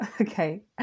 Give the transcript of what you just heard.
okay